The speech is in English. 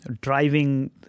driving